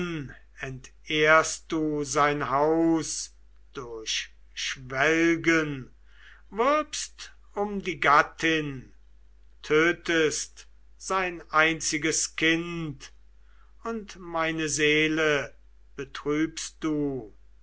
entehrst du sein haus durch schwelgen wirbst um die gattin tötest sein einziges kind und meine seele betrübst du